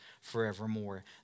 forevermore